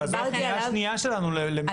אז זאת הפנייה השנייה שלנו, למשרד לביטחון פנים.